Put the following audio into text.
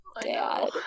Dad